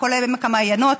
בכל עמק המעיינות